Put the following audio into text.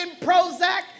Prozac